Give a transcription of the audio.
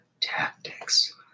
tactics